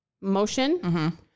motion